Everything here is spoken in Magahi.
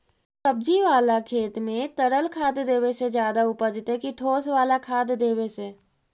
सब्जी बाला खेत में तरल खाद देवे से ज्यादा उपजतै कि ठोस वाला खाद देवे से?